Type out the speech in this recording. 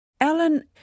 Alan